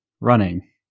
running